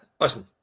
Listen